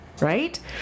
Right